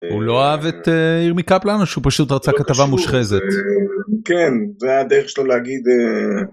הוא לא אהב את ירמי קפלן או שהוא פשוט רצה כתבה מושחזת? כן, זה היה הדרך שלו להגיד...